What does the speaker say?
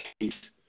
case